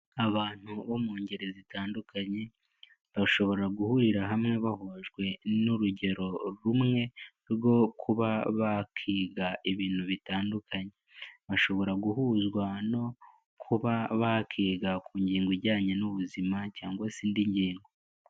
Abantu bo mu ngeri zitandukanye bashobora guhurira hamwe bahujwe n'urugero rumwe rwo kuba bakiga ibintu bitandukanye, bashobora guhuzwa no kuba bakiga ku ngingo ijyanye n'ubuzima cyangwa se indi ngingo.